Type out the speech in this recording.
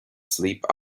sleep